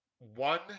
one